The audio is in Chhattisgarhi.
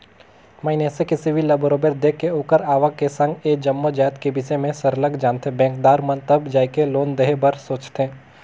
मइनसे के सिविल ल बरोबर देख के ओखर आवक के संघ ए जम्मो जाएत के बिसे में सरलग जानथें बेंकदार मन तब जाएके लोन देहे बर सोंचथे